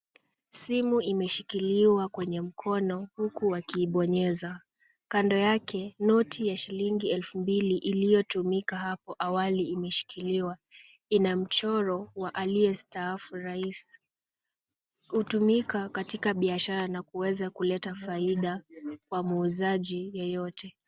Simu imeshikiliwa kwenye mkono huku wakiibonyeza. Kando yake noti ya shilingi elfu mbili iliyotumika hapo awali imeshikiliwa. Ina mchoro wa aliyestaafu rais. Hutumika katika biashara na kuweza kuleta faida kwa muuzaji yeyote.